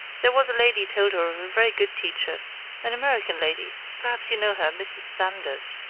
there was a lady told her of a very good teacher an american lady perhaps you know her mrs. sanders.